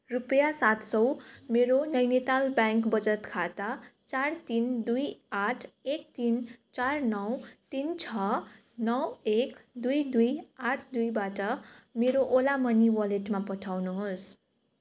रुपियाँ सात सय मेरो नैनिताल ब्याङ्क बचत खाता चार तिन दुई आठ एक तिन चार नौ तिन छ नौ एक दुई दुई आठ दुईबाट मेरो ओला मनी वलेटमा पठाउनुहोस्